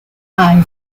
eye